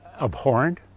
abhorrent